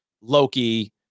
Loki